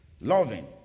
loving